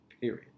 Period